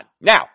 Now